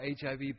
HIV